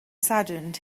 saddened